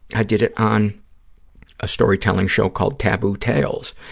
i did it on a storytelling show called taboo tales,